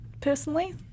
personally